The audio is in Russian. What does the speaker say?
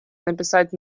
написать